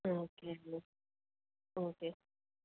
okay అండి okay